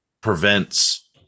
prevents